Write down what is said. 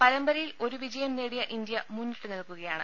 പരമ്പരയിൽ ഒരു വിജയം നേടിയ ഇന്ത്യ മുന്നിട്ട് നിൽക്കുകയാണ്